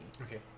Okay